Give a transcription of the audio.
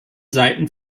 seiten